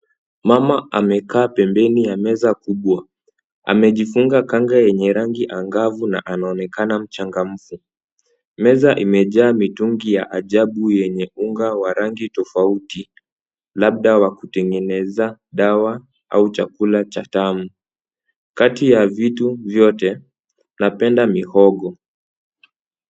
Mama amekaa pembeni ya meza kubwa ,amejifunga kanga yenye rangi angavu na anaonekana mchangamfu ,meza imejaa mitungi ya ajabu yenye unga wa rangi tofauti ,labda wa kutengeneza dawa au chakula cha tamu, kati ya vitu vyote napenda mihogo.